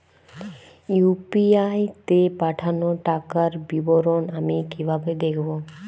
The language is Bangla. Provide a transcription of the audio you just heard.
ইউ.পি.আই তে পাঠানো টাকার বিবরণ আমি কিভাবে দেখবো?